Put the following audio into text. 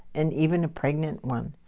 and even a pregnant one.